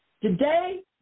Today